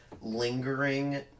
Lingering